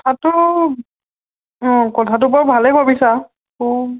কথাটো অঁ কথাটো বৰু ভালেই ভাবিছা অঁ